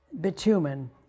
bitumen